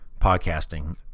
podcasting